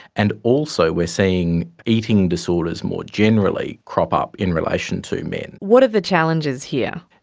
and also we are seeing eating disorders more generally crop up in relation to men. what are the challenges here?